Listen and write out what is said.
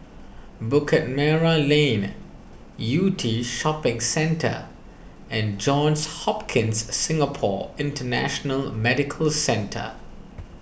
Bukit Merah Lane Yew Tee Shopping Centre and Johns Hopkins Singapore International Medical Centre